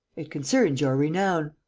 it concerns your renown.